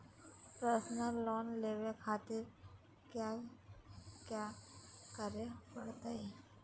Personal loan लेवे खातिर कया क्या करे पड़तइ?